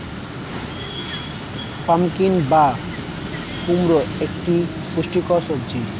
pumpkin বা কুমড়ো একটি পুষ্টিকর সবজি